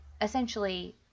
essentially